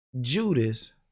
Judas